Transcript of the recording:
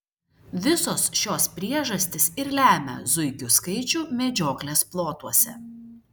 visos šios priežastys ir lemia zuikių skaičių medžioklės plotuose